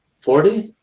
forty,